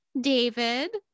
david